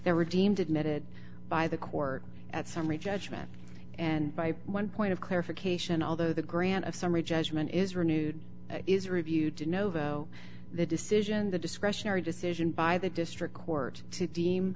they were deemed admitted by the court at summary judgment and by one point of clarification although the grant of summary judgment is renewed is reviewed to novo the decision the discretionary decision by the district court to deem